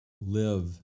live